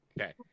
Okay